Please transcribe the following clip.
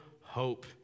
hope